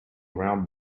around